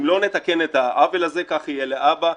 אם לא נתקן את העוול הזה כך יהיה להבא.